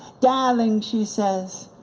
darling, she says,